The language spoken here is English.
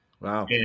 wow